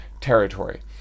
territory